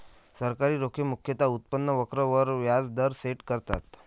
सरकारी रोखे मुख्यतः उत्पन्न वक्र वर व्याज दर सेट करतात